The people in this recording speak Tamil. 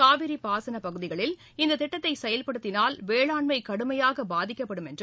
காவிரி பாசனப் பகுதிகளில் இந்த திட்டத்தை செயல்படுத்தினால் வேளாண்மை கடுமையாக பாதிக்கப்படும் என்று